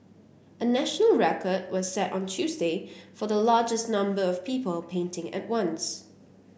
a national record was set on Tuesday for the largest number of people painting at once